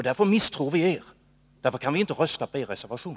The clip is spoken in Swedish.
Därför misstror vi er, och därför kan vi inte rösta på er reservation.